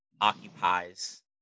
occupies